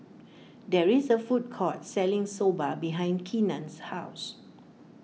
there is a food court selling Soba behind Keenan's house